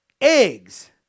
eggs